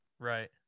Right